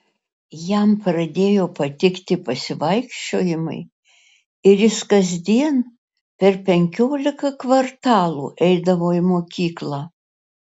jam pradėjo patikti pasivaikščiojimai ir jis kasdien per penkiolika kvartalų eidavo į mokyklą